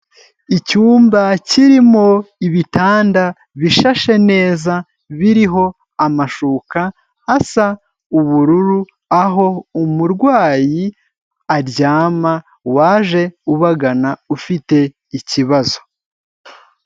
Icyumba kirimo ibitanda bishashe neza biriho amashuka asa ubururu, aho umurwayi aryama waje ubagana ufite ikibazo.